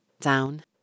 down